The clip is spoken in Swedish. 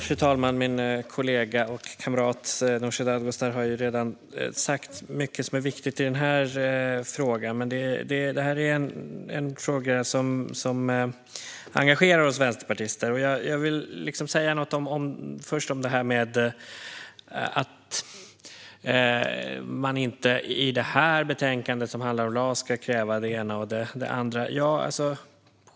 Fru talman! Min kollega och kamrat Nooshi Dadgostar har redan sagt mycket som är viktigt i frågan. Det här är en fråga som engagerar oss vänsterpartister. Jag vill först säga något om det här att man inte i detta betänkande, som handlar om LAS, ska kräva det ena och det andra.